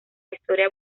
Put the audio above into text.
historia